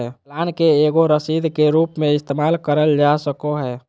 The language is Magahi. चालान के एगो रसीद के रूप मे इस्तेमाल करल जा सको हय